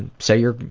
and say you're,